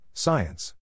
Science